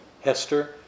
Hester